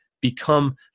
become